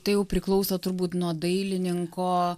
tai jau priklauso turbūt nuo dailininko